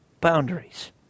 boundaries